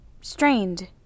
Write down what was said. strained